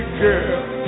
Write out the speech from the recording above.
girl